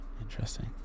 interesting